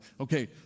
Okay